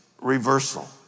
reversal